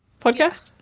Podcast